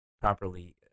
properly